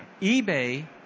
eBay